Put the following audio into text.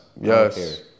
yes